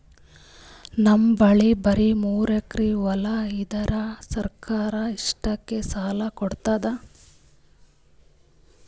ನಮ್ ಬಲ್ಲಿ ಬರಿ ಮೂರೆಕರಿ ಹೊಲಾ ಅದರಿ, ಸರ್ಕಾರ ಇಷ್ಟಕ್ಕ ಸಾಲಾ ಕೊಡತದಾ?